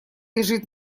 лежит